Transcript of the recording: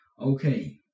okay